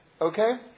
Okay